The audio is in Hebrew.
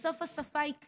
בסוף, השפה היא כלי.